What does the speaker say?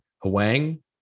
huang